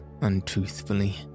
untruthfully